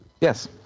Yes